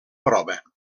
prova